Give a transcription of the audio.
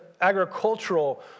agricultural